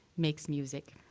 makes music.